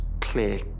clear